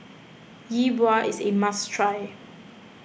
Yi Bua is a must try